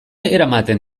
eramaten